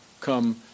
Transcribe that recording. come